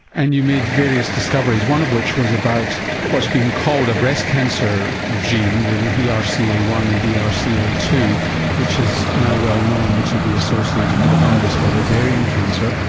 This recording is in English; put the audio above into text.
and you made various discoveries, one of which was about what's been called a breast cancer gene, the b r c a one and b r c a two which is now well known to be associated with a high risk of ovarian cancer.